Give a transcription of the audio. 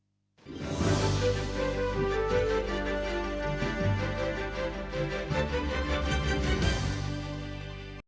Дякую